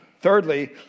Thirdly